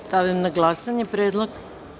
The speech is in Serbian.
Stavljam na glasanje ovaj predlog.